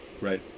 Right